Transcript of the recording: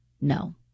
no